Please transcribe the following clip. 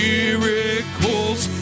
Miracles